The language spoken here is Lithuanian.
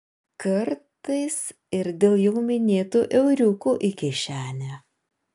kartais ir dėl jau minėtų euriukų į kišenę